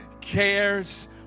cares